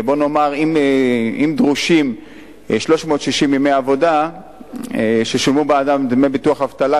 אם דרושים 360 ימי עבודה ששולמו בעדם דמי ביטוח אבטלה,